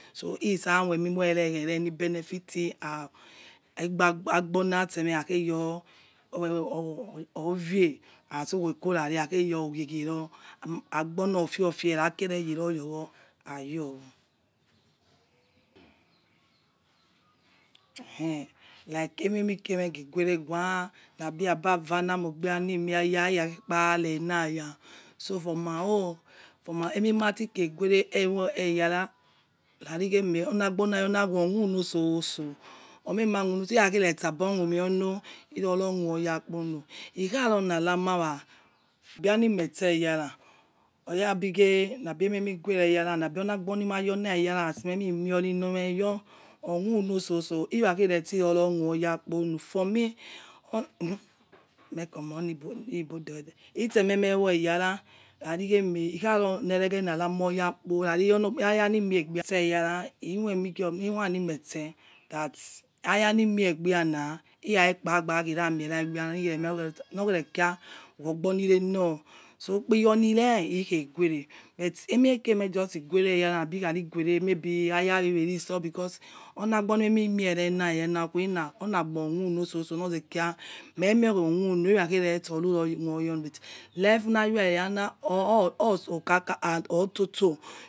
So itsa mio emi mor benefit ah eka agbo nastsemeh akhe̱ yor or vieh as o̱wieokhorare akhe yor or ghighi reh ofiefhe ra ge̱ re̱ ye ror yo wor ha yo wor ekhe like emimeikhekeremegeguwerewa na bi abavoiana amogbi ni imi aya ira khekpa rienaya so for my own emimatighe guere eyara rarikhomeh onagbor nayowa omuno sotso or mema who uno irakhresagbo womeouno iroro mhoyakpo uno ikha rona ra̱ ma̱ wa bia ani metse eyara oya bi ghe na be memi gu̱ wereheyara na bi o̱ na agbor ni ma yor na eyara ni me mi mioror wo̱ uno̱ sotso irakhe re tse ro ro wo oya kpo uno for me me comot ibo odere itsemeh memeh wo eyara rarikhemeh ikharonereghe na ramor oyakpo rari aya ni miegbeotse eyara imoimi imoi ani metse that aya ni mie egbiana̱ irakhekpa̱ gba̱ khiramiera egbiana nor khera kia wo ogbor ni re nor so ikpiyor ni re̱ ikheghumere bet emikheke meh jusi guere eyara na̱ bi kha ri̱ guere mebi ayawewe ekheritso because oni agbor nememimieh erena okhuwina ona agbor o̱ whono sotso no rekia meh mieh kho owhono irakhe re tse o ruyor who oya owhono bet ufe̱ na yor eranana otso kaka and ototo̱